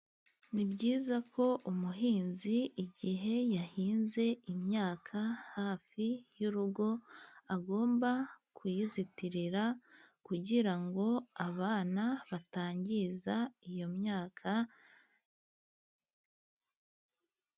Ni byiza ko umuhinzi igihe yahinze imyaka hafi y'urugo agomba kuyizitira, kugira ngo abana batangiza iyo myaka.